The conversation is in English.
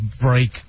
break